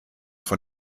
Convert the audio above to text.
von